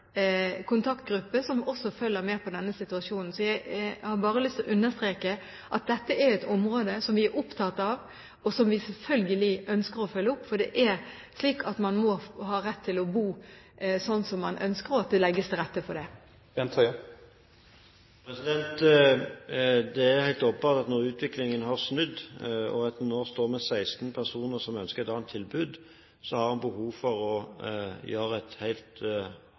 som vi selvfølgelig ønsker å følge opp, for man må ha rett til å bo slik som man ønsker, og det må legges til rette for det. Det er helt åpenbart at når utviklingen har snudd, og en nå står med 16 personer som ønsker et annet tilbud, har en behov for å få et